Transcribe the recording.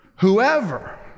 Whoever